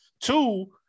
Two